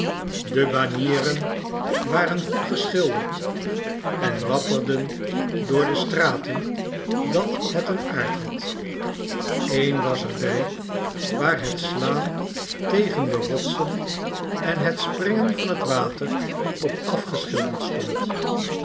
de banieren waren goed geschilderd en wapperden door de straten dat het een aard had een was er bij waar het slaan tegen de rotsen en het springen van t water op afgeschilderd stond